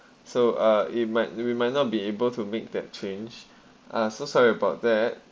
so uh it might we might not be able to make that change uh so sorry about that